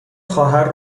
خواهر